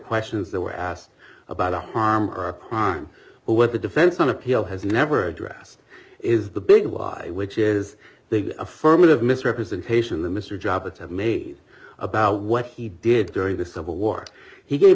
questions that were asked about a harm or a crime where the defense on appeal has never addressed is the big wide which is the affirmative misrepresentation the mr jobs have made about what he did during the civil war he gave